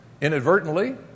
inadvertently